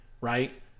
right